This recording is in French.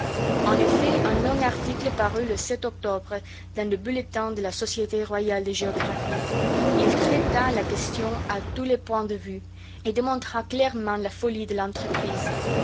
en effet un long article parut le octobre dans le bulletin de la société royale de géographie il traita la question à tous les points de vue et démontra clairement la folie de l'entreprise